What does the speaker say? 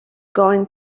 going